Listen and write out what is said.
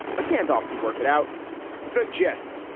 but gandolf can work it out the gist?